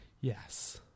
Yes